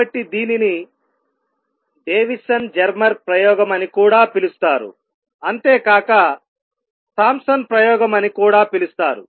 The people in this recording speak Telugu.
కాబట్టి దీనిని డేవిసన్ జెర్మెర్ ప్రయోగం అని కూడా పిలుస్తారు అంతేకాక థాంప్సన్Thompson's ప్రయోగం అని కూడా పిలుస్తారు